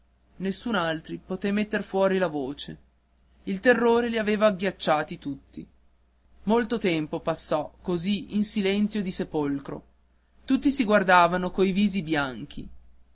nessun altro poté metter fuori la voce il terrore li aveva agghiacciati tutti molto tempo passò così in un silenzio di sepolcro tutti si guardavano coi visi bianchi